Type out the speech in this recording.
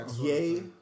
yay